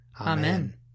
Amen